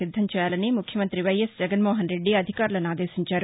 సిద్దం చేయాలని ముఖ్యమంత్రి వైఎస్ జగన్మోహన్రెడ్డి అధికారులను ఆదేశించారు